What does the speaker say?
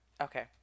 Okay